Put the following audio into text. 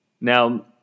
Now